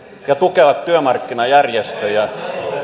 ja tukea työmarkkinajärjestöjä